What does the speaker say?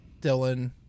Dylan